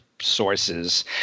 sources